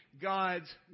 God's